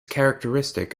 characteristic